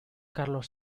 carlos